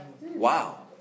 Wow